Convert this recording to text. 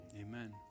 Amen